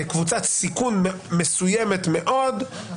קבוצת סיכון מסוימת מאוד.